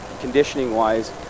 conditioning-wise